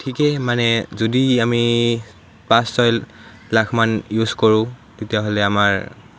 ঠিকেই মানে যদি আমি পাঁচ ছয় লাখমান ইউজ কৰোঁ তেতিয়াহ'লে আমাৰ